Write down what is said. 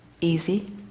Easy